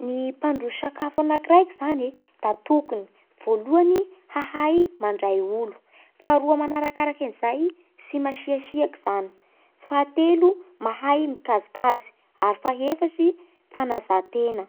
Ny mpandroso sakafo anakiraiky zany da tokony voalohany hahay mandray olo, faharoa manarakaraka an'izay tsy masiasiaky izany, fahatelo mahay mikajikajy ary fahefatsy fanaja tena.